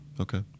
Okay